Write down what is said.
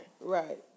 right